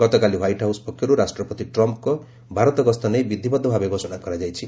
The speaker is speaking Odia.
ଗତକାଲି ହ୍ୱାଇଟ୍ ହାଉସ୍ ପକ୍ଷରୁ ରାଷ୍ଟ୍ରପତି ଟ୍ରମ୍ପଙ୍କ ଭାରତ ଗସ୍ତ ନେଇ ବିଧିବଦ୍ଧ ଭାବେ ଘୋଷଣା କରାଯାଇଛି